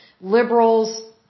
liberals